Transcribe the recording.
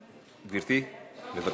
סליחה.